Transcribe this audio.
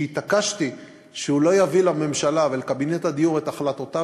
שהתעקשתי שהוא לא יביא לממשלה ולקבינט הדיור את החלטותיו